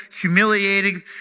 humiliating